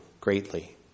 greatly